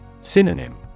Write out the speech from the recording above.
Synonym